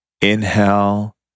Inhale